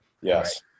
yes